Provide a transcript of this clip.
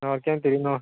ಹೋಕ್ಯೆಂತೀವಿನ್ನೂ